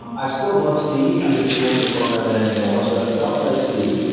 i still love c. i'm just too old to program and it anymore, so it felt like c,